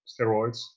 steroids